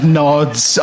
nods